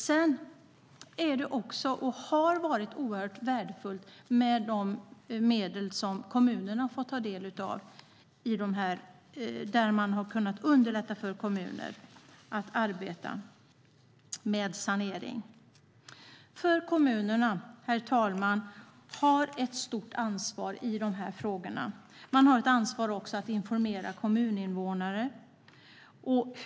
Det är och har varit oerhört värdefullt med de medel som kommunerna får ta del av där man har kunnat underlätta för kommuner att arbeta med sanering. Kommunerna, herr talman, har ett stort ansvar i dessa frågor. De har ett ansvar för att informera kommuninvånare.